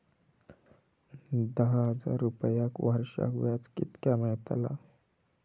दहा हजार रुपयांक वर्षाक व्याज कितक्या मेलताला?